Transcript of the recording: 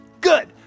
Good